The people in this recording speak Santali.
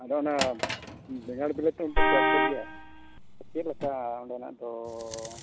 ᱟᱫᱚ ᱚᱱᱟ ᱵᱮᱸᱜᱟᱲ ᱵᱤᱞᱟᱹᱛᱤ ᱦᱚᱸᱯᱮ ᱪᱟᱥ ᱮᱜ ᱜᱮᱭᱟ ᱪᱮᱫ ᱞᱮᱠᱟ ᱚᱸᱰᱮᱱᱟᱜ ᱫᱚ